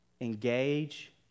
Engage